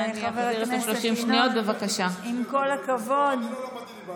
אני מבקשת ממך לכבד את המדברים כאן.